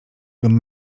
bym